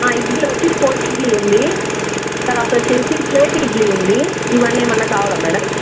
ఇడ్లీ వచ్చి పొడి ఇడ్లీ ఉంది తరవాత వచ్చేసి ప్లేట్ ఇడ్లీ ఉంది ఇవన్నీ ఏమన్నా కావాల మేడం